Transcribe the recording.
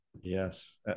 Yes